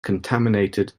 contaminated